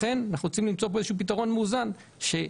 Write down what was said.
לכן אנחנו רוצים למצוא כאן איזשהו פתרון מאוזן שכאשר